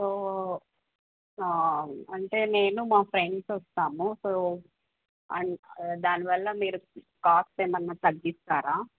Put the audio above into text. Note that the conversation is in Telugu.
సో అంటే నేను మా ఫ్రెండ్స్ వస్తాము సో అండ్ దానివల్ల మీరు కాస్ట్ ఏమన్న తగ్గిస్తారా